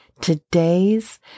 Today's